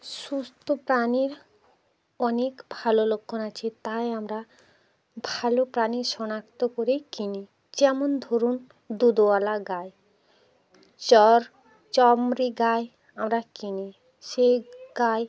সুস্থ প্রাণীর অনেক ভালো লক্ষণ আছে তাই আমরা ভালো প্রাণী শনাক্ত করেই কিনি যেমন ধরুন দুধওয়ালা গাই চার চামড়ি গাই আমরা কিনি সেই গাই